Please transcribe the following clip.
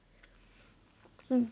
mm